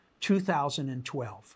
2012